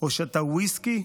או שתה ויסקי,